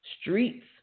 streets